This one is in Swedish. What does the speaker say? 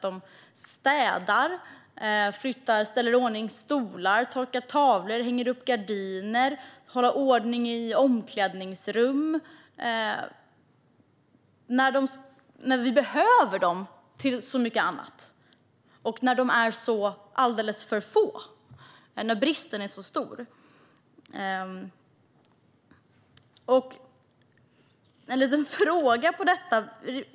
De städar, ställer i ordning stolar, torkar tavlor, hänger upp gardiner och håller ordning i omklädningsrum när vi behöver dem till så mycket annat och när de är alldeles för få och bristen är så stor.